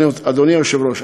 אדוני היושב-ראש,